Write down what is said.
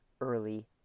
early